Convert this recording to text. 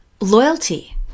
loyalty